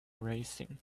racing